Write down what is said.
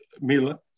Mila